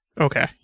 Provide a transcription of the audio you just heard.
Okay